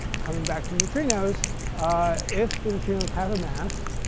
coming back to neutrinos if the neutrinos have a mass,